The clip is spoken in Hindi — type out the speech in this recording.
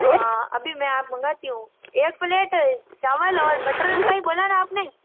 अभी मैं मंगाती हूँ एक प्लेट चावल और मटर का ही बोला है ना आपने